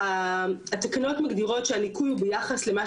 התקנות מגדירות שהניכוי הוא ביחס למה